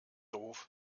doof